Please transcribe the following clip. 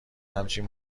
همچین